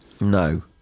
No